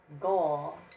goal